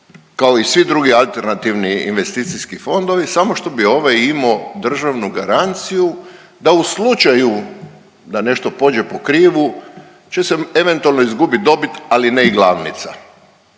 kao i svi drugi alternativni investicijski fondovi samo što bi ovaj imao državnu garanciju da u slučaju da nešto pođe po krivu će se eventualno izgubiti dobit, ali ne i glavnica.